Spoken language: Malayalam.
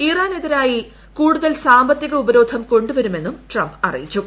ഇറാനെതിരായി കൂടുതൽ സാമ്പത്തിക ഉപരോധം കൊണ്ടു വരുമെന്നും ട്രംപ് അറിയിച്ചു